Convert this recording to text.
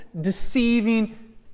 deceiving